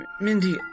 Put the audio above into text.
Mindy